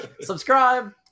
subscribe